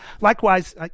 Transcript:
Likewise